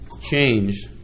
change